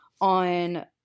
on